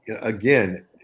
again